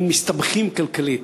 הם מסתבכים כלכלית.